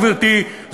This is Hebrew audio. גברתי,